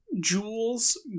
jewels